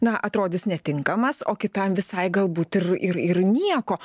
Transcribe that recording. na atrodys netinkamas o kitam visai galbūt ir ir ir nieko